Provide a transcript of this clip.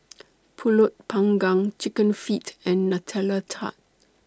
Pulut Panggang Chicken Feet and Nutella Tart